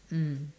mm